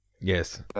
Yes